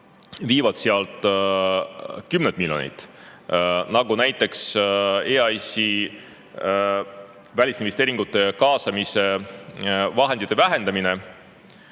viivad sealt kümneid miljoneid, nagu näiteks EAS-i välisinvesteeringute kaasamise vahendite vähendamine,